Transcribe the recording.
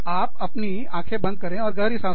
आप अपनी आँखें बंद करें गहरी सांस लें